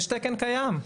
יש תקן קיים,